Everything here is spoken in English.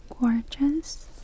gorgeous